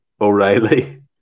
O'Reilly